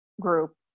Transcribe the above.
group